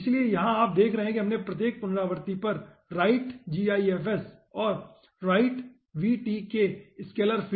इसलिए यहाँ आप देख रहे हैं कि हम प्रत्येक पुनरावृत्ति पर writegifs और writevtkscalarfield